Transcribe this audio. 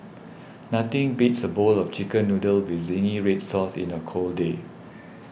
nothing beats a bowl of Chicken Noodles with Zingy Red Sauce in a cold day